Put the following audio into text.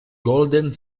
golden